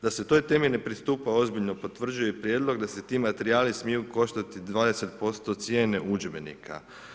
Da se toj temi ne pristupa ozbiljno, potvrđuje i prijedlog da ti materijali smiju koštati 20% cijene udžbenika.